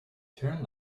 turn